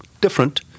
different